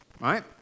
right